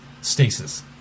stasis